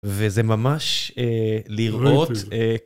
וזה ממש לראות...